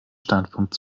standpunkt